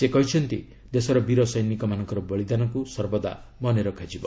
ସେ କହିଛନ୍ତି ଦେଶର ବୀର ସୈନିକମାନଙ୍କର ବଳିଦାନକୁ ସର୍ବଦା ମନେରଖାଯିବ